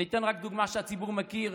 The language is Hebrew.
אני אתן רק דוגמה שהציבור מכיר: